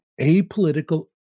apolitical